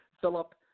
Philip